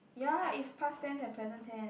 ya is past tense and present tense